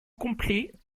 complets